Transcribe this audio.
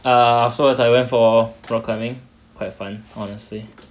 err so as I went for rock climbing quite fun honestly